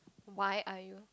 why are you